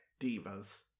divas